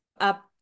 up